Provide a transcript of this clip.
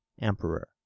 emperor